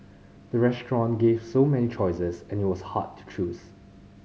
the restaurant gave so many choices and it was hard to choose